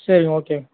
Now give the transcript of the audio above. சரி ஓகேங்க